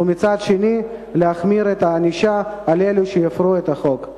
ומצד שני להחמיר את הענישה על אלה שיפירו את החוק.